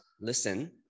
listen